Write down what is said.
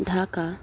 Dhaka